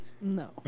No